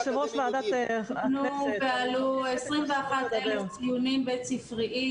תיקנו 21,000 ציונים בית ספריים,